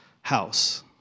house